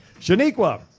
Shaniqua